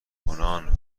کنان